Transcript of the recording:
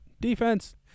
Defense